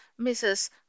Mrs